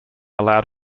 allowed